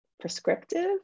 prescriptive